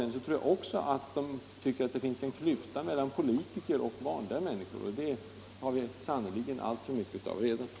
Då tror jag det blir en klyfta mellan politiker och andra människor, och det har vi sannerligen alltför mycket av redan nu.